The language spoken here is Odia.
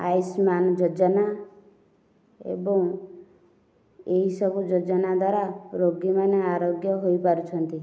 ଆୟୁଷ୍ମାନ ଯୋଜନା ଏବଂ ଏହି ସବୁ ଯୋଜନା ଦ୍ଵାରା ରୋଗୀମାନେ ଆରୋଗ୍ୟ ହୋଇ ପାରୁଛନ୍ତି